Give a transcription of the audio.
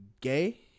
gay